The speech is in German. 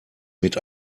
mit